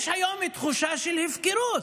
יש היום תחושה של הפקרות.